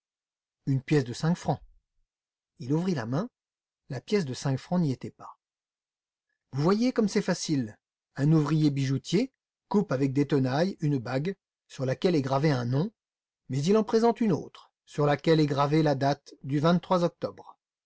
une pièce de cinq francs il ouvrit la main la pièce de cinq francs n'y était pas vous voyez comme c'est facile un ouvrier bijoutier coupe avec des tenailles une bague sur laquelle est gravé un nom mais il en présente une autre sur laquelle est gravée la date du vingt-trois octobre